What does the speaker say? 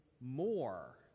more